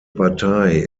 partei